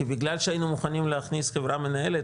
בגלל שהיינו מוכנים להכניס חברה מנהלת,